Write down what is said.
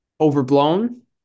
overblown